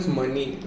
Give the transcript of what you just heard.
money